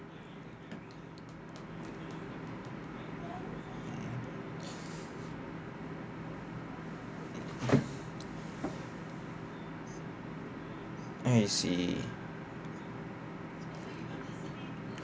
I see